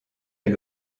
est